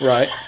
Right